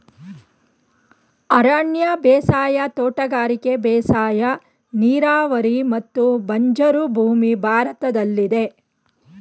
ಅರಣ್ಯ ಬೇಸಾಯ, ತೋಟಗಾರಿಕೆ ಬೇಸಾಯ, ನೀರಾವರಿ ಮತ್ತು ಬಂಜರು ಭೂಮಿ ಭಾರತದಲ್ಲಿದೆ